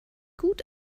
gut